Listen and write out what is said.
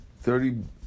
Thirty